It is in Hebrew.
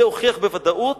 זה הוכיח בוודאות